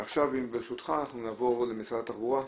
ועכשיו, ברשותך, נעבור למשרד התחבורה,